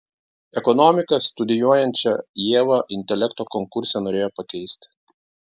ekonomiką studijuojančią ievą intelekto konkurse norėjo pakeisti